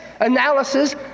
analysis